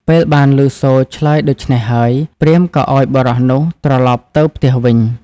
ពេលបានឮសូរឆ្លើយដូច្នេះហើយ ព្រាហ្មណ៍ក៏ឲ្យបុរសនោះត្រឡប់ទៅផ្ទះវិញ។